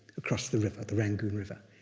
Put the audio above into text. across the river, the rangoon river.